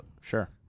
Sure